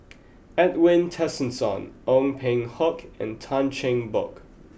Edwin Tessensohn Ong Peng Hock and Tan Cheng Bock